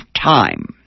time